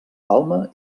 palma